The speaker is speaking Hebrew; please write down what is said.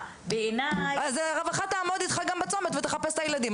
בעיניי ------ אז הרווחה תעמוד איתך גם בצומת ותחפש את הילדים.